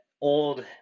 old